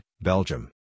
Belgium